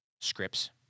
scripts